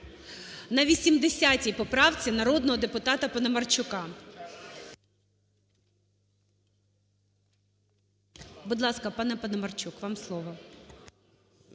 На 80 поправці народного депутата Паламарчука. Будь ласка, пане Паламарчук, вам слово.